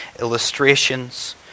illustrations